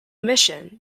mission